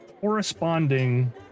corresponding